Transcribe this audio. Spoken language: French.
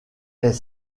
est